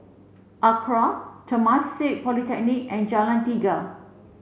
ACRA Temasek Polytechnic and Jalan Tiga